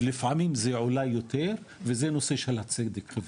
לפעמים היא אולי יותר וזה נושא של צדק חברתי,